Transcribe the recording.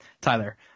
Tyler